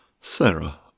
Sarah